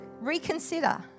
reconsider